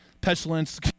Pestilence